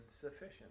sufficient